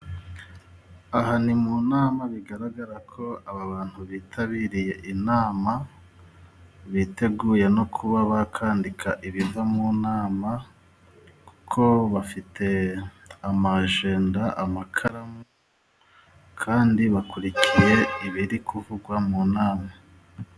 Aha ni mu nama bigaragarako aba bantu bitabiriye inama biteguye no kuba bakandika ibiva mu nama kuko bafite amajenda, amakaramu, kandi bakurikiye ibiri kuvugwa mu nama.